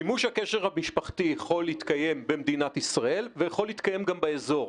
מימוש הקשר המשפחתי יכול להתקיים במדינת ישראל ויכול להתקיים גם באזור.